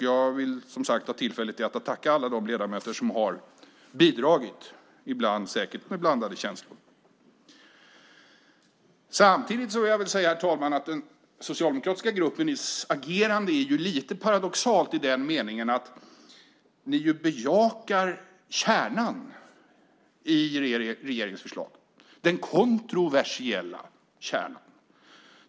Jag vill ta tillfället i akt att tacka alla de ledamöter som har bidragit, ibland säkert med blandade känslor. Samtidigt, herr talman, vill jag säga att den socialdemokratiska gruppens agerande är lite paradoxalt i den meningen att ni ju bejakar kärnan i regeringens förslag. Den kontroversiella kärnan.